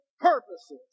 purposes